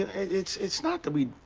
it's it's not that we,